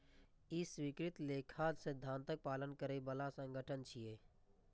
ई स्वीकृत लेखा सिद्धांतक पालन करै बला संगठन छियै